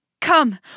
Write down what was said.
Come